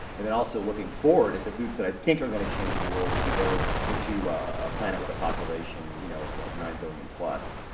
and then also looking forward at the foods that i think are gonna change the world as we go into a planet with a population, you know, of nine billion plus,